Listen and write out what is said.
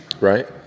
Right